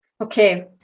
Okay